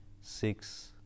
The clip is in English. six